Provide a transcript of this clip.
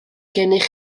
gennych